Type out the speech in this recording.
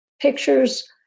pictures